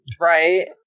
Right